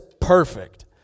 Perfect